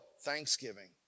thanksgiving